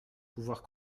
pouvoir